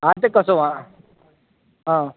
હા તે કશો વાં હા